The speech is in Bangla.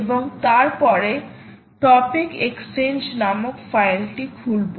এবং তারপরে টপিক এক্সচেঞ্জ নামক ফাইলটি খুলবো